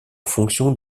fonction